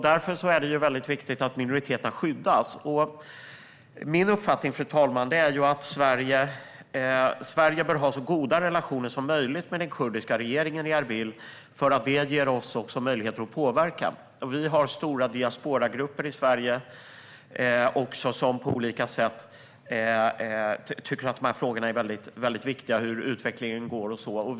Därför är det väldigt viktigt att minoriteterna skyddas. Min uppfattning, fru talman, är att Sverige bör ha så goda relationer som möjligt med den kurdiska regeringen i Erbil, för det ger oss också möjligheter att påverka. Vi har stora diasporagrupper i Sverige som på olika sätt tycker att dessa frågor är väldigt viktiga - hur utvecklingen går och så vidare.